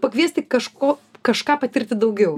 pakviesti kažko kažką patirti daugiau